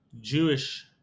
Jewish